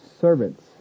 servants